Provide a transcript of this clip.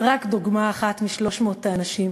רק דוגמה אחת מ-300 האנשים.